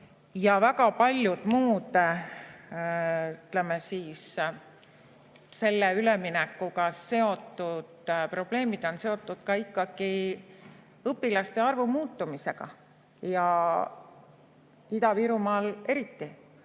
ja väga paljud muud selle üleminekuga seotud probleemid on seotud ikkagi ka õpilaste arvu muutumisega. Ja Ida-Virumaal eriti